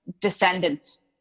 descendants